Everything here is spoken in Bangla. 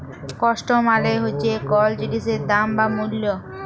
কস্ট মালে হচ্যে কল জিলিসের দাম বা মূল্য